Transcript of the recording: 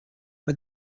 but